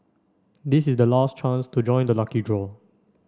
this is the last chance to join the lucky draw